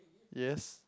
yes